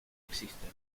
existen